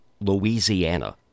Louisiana